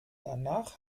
danach